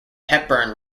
hepburn